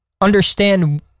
understand